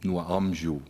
nuo amžių